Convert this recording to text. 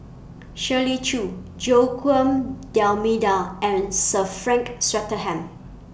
Shirley Chew Joaquim D'almeida and Sir Frank Swettenham